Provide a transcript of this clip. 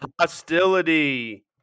hostility